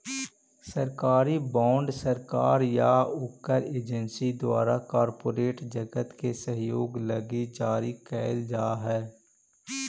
सरकारी बॉन्ड सरकार या ओकर एजेंसी द्वारा कॉरपोरेट जगत के सहयोग लगी जारी कैल जा हई